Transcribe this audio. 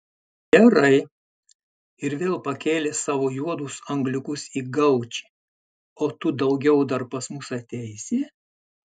gerai ir vėl pakėlė savo juodus angliukus į gaučį o tu daugiau dar pas mus ateisi